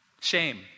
Shame